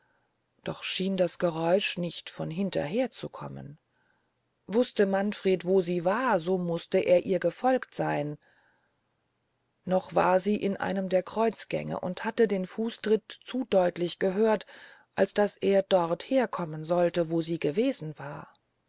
doch schien das geräusch nicht von hintenher zu kommen wuste manfred wo sie war so muste er ihr gefolgt seyn noch war sie in einem der kreuzgänge und hatte den fußtritt zu deutlich gehört als daß er dort her kommen sollte wo sie gewesen war